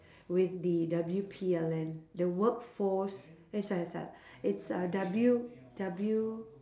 with the W_P_L_N the workforce eh it's uh W W